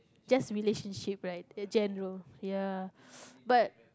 just relationship right uh general ya but